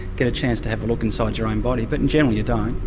get a chance to have a look inside your own body but generally you don't.